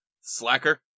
Slacker